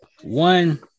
one